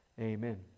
amen